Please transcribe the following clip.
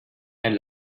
and